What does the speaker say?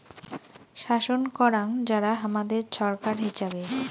শাসন করাং যারা হামাদের ছরকার হিচাবে